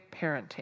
Parenting